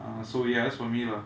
err so ya that's for me lah